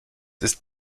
ist